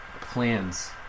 plans